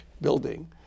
building